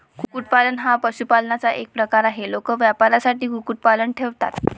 कुक्कुटपालन हा पशुपालनाचा एक प्रकार आहे, लोक व्यवसायासाठी कुक्कुटपालन ठेवतात